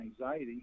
anxiety